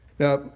Now